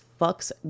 fucks